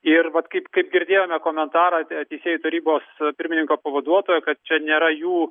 ir vat kaip kaip girdėjome komentarą apie teisėjų tarybos pirmininko pavaduotojo kad čia nėra jų